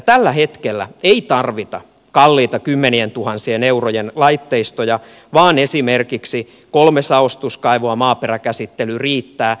tällä hetkellä ei tarvita kalliita kymmenientuhansien eurojen laitteistoja vaan esimerkiksi kolme saostuskaivoa maaperäkäsittely riittää